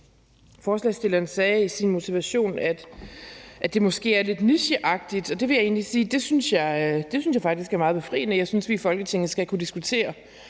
Forslagsstilleren sagde i sin motivation, at det måske er lidt nicheagtigt, men jeg synes faktisk, det er meget befriende. Jeg synes, at vi i Folketinget skal kunne diskutere